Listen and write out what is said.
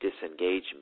disengagement